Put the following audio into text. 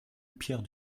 pierre